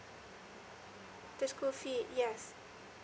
the school fee yes